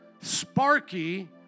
Sparky